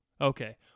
okay